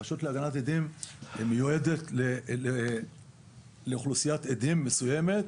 הרשות להגנת עדין מיועדת לאוכלוסיית עדים מסוימת,